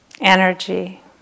Energy